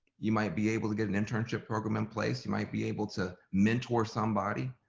you might be able to get an internship program in place, you might be able to mentor somebody.